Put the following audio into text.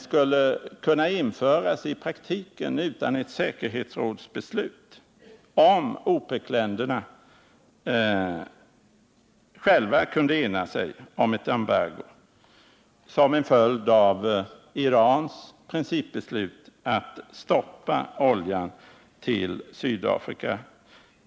skulle kunna införas i praktiken utan ett säkerhetsråds beslut, om OPEK-länderna själva kunde ena sig om ett embargo som en följd av Irans principbeslut att stoppa oljan till Sydafrika.